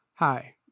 Hi